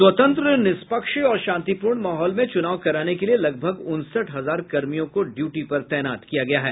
स्वतंत्र निष्पक्ष और शांतिपूर्ण माहौल में चुनाव कराने के लिए लगभग उनसठ हजार कर्मियों को ड्यूटी पर तैनात किया गया है